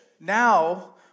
now